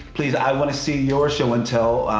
please i want to see your show and tell.